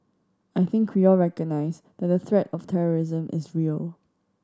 I think we all recognise that the threat of terrorism is real